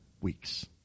weeks